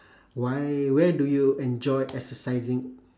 why where do you enjoy exercising